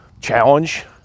challenge